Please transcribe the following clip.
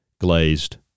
glazed